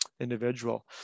Individual